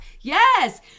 Yes